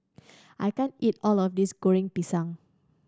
I can't eat all of this Goreng Pisang